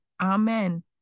Amen